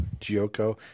Gioco